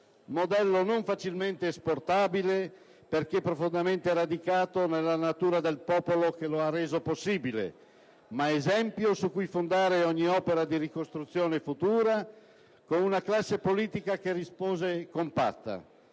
modello non facilmente esportabile perché profondamente radicato nella natura del popolo che lo ha reso possibile, ma esempio su cui fondare ogni opera di ricostruzione futura - con una classe politica che rispose compatta.